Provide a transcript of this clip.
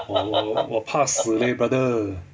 我我我我怕死 leh brother